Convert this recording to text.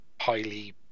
highly